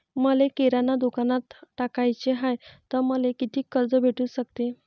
मले किराणा दुकानात टाकाचे हाय तर मले कितीक कर्ज भेटू सकते?